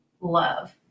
love